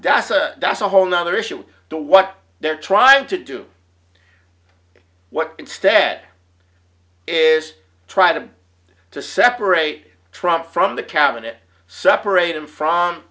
that's a that's a whole nother issue to what they're trying to do what instead is trying to to separate trump from the cabinet separate him from